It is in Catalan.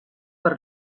per